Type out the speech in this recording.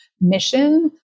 mission